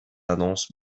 annonce